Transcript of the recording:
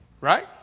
Right